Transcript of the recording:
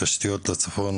תשתיות לצפון,